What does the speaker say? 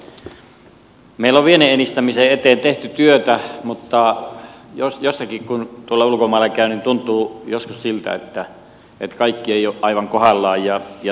meillä on vienninedistämisen eteen tehty työtä mutta tuolla ulkomailla kun käy niin tuntuu joskus siltä että kaikki ei ole aivan kohdallaan